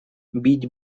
бить